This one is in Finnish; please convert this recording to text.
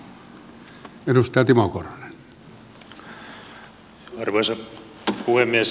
arvoisa puhemies